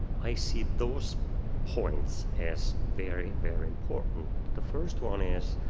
i see those points as very, very important. the first one is,